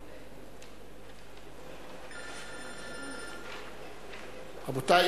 רבותי,